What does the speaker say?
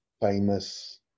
famous